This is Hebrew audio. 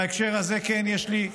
בהקשר הזה, כן, יש לי,